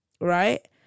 Right